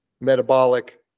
metabolic